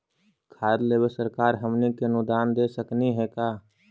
खाद लेबे सरकार हमनी के अनुदान दे सकखिन हे का?